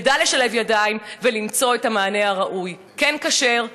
נדע לשלב ידיים ולמצוא את המענה הראוי: כן כשר,